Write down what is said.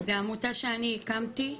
זו עמותה שאני הקמתי,